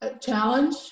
challenge